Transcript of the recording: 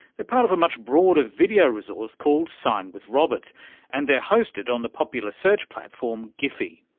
they're part of a much broader video resource called sign with robert and they're hosted on the popular search platform giphy.